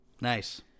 Nice